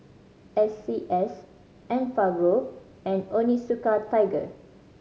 S C S Enfagrow and Onitsuka Tiger